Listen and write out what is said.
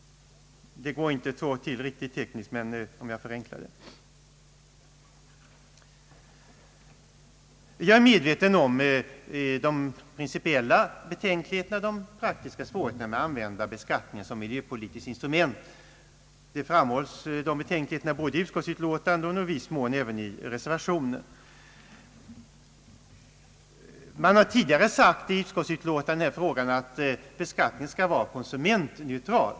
Det går inte riktigt så till tekniskt, jag har förenklat det. Jag är medveten om de principiella betänkligheterna och de praktiska svårigheterna vid användandet av beskattning som miljöpolitiskt instrument. Dessa betänkligheter framhålls både i utskottets betänkande och i viss mån även i reservationen. Man har tidigare i utskottsutlåtanden för några år sedan sagt att beskattningen skall vara konsumentneutral.